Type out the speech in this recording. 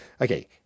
okay